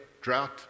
drought